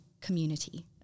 community